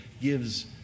gives